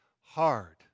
hard